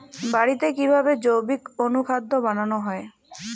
বাড়িতে কিভাবে জৈবিক অনুখাদ্য বানানো যায়?